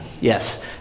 Yes